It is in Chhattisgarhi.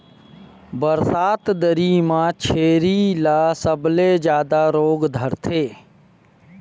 बरसात दरी म छेरी ल सबले जादा रोग धरथे